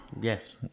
Yes